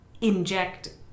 inject